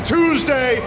Tuesday